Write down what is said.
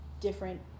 different